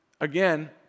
again